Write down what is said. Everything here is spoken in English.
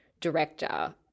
director